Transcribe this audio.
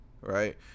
right